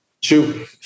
Shoot